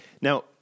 Now